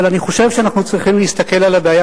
אבל אני חושב שאנחנו צריכים להסתכל על הבעיה